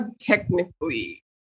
technically